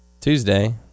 Tuesday